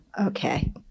Okay